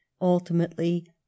ultimately